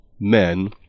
men